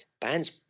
bands